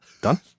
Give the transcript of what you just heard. Done